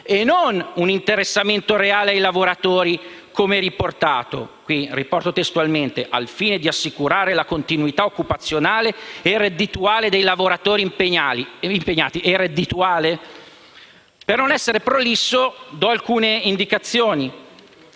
e non un interessamento reale ai lavoratori, come riportato nel testo («al fine di assicurare la continuità occupazionale e reddituale» dei lavoratori impegnati). Reddituale? Per non essere prolisso, do alcune indicazioni.